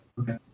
Okay